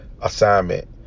assignment